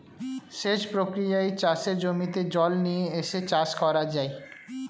সেচ প্রক্রিয়ায় চাষের জমিতে জল নিয়ে এসে চাষ করা যায়